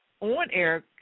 on-air